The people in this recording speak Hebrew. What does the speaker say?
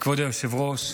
כבוד היושב-ראש,